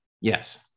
Yes